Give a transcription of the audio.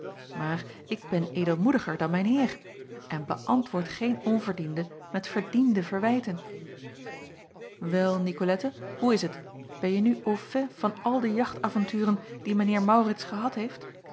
maar ik ben edelmoediger dan mijn heer en beäntwoord geen onverdiende met verdiende verwijten wel nicolette hoe is t benje nu au fait van al de jachtavonturen die mijn heer maurits gehad heeft